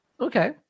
Okay